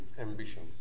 ambition